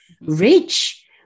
rich